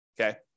okay